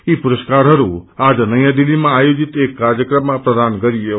यी पुरस्कारहरू नयाँ दिल्लीमा आयोजित एक कार्यक्रममा प्रदान गरियो